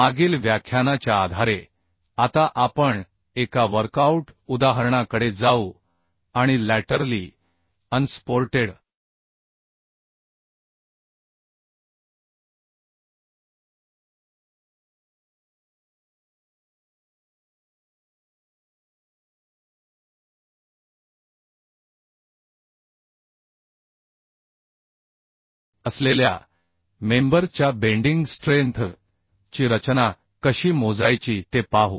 मागील व्याख्यानाच्या आधारे आता आपण एका वर्कआऊट उदाहरणाकडे जाऊ आणि लॅटरली अनसपोर्टेड असलेल्या मेंबर च्या बेंडिंग स्ट्रेंथ ची रचना कशी मोजायची ते पाहू